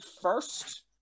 first